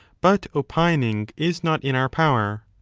but opining is not in our power,